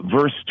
verse